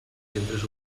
centres